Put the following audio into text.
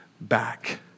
back